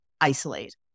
isolate